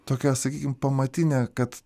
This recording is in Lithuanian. tokia sakykim pamatinė kad